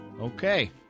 Okay